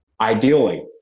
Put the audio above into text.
Ideally